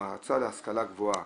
המועצה להשכלה גבוהה,